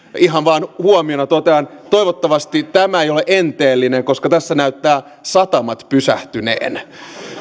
ihan vain huomiona totean toivottavasti tämä ei ole enteellinen koska tässä näyttävät satamat pysähtyneen